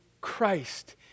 Christ